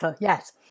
Yes